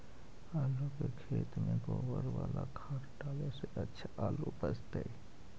आलु के खेत में गोबर बाला खाद डाले से अच्छा आलु उपजतै?